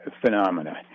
phenomena